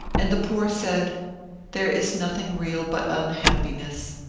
and the poor said there is nothing real but unhappiness,